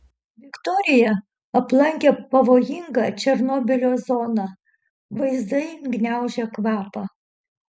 viktorija aplankė pavojingą černobylio zoną vaizdai gniaužia kvapą